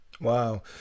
Wow